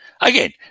Again